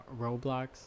roblox